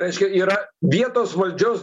reiškia yra vietos valdžios